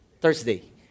Thursday